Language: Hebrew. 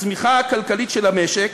הצמיחה הכלכלית של המשק,